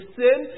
sin